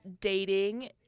dating